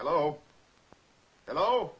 hello hello